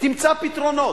תמצא פתרונות.